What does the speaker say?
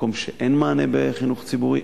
מקום שאין מענה בחינוך ציבורי,